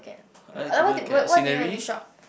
I could look at scenery